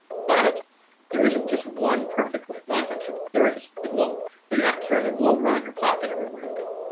but there isn't just one perfect way. well, that's not true, there is the globe. but you're not carrying a globe around your pocket everywhere you go.